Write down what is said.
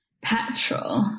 petrol